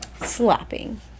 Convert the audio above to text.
Slapping